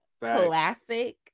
Classic